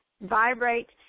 vibrate